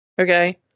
Okay